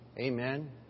Amen